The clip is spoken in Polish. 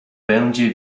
będzie